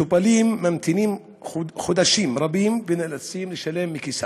מטופלים ממתינים חודשים רבים ונאלצים לשלם מכיסם,